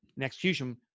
execution